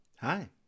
Hi